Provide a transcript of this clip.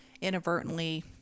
inadvertently